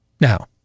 now